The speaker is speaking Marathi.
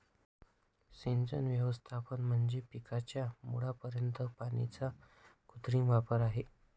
सिंचन व्यवस्थापन म्हणजे पिकाच्या मुळापर्यंत पाण्याचा कृत्रिम वापर आहे